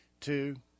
two